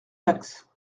taxe